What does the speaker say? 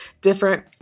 different